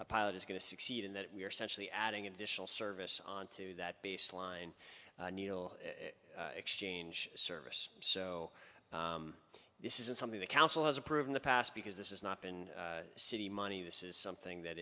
a pilot is going to succeed in that we are centrally adding additional service onto that baseline needle exchange service so this isn't something the council has approved in the past because this is not been city money this is something that